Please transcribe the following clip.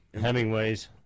Hemingway's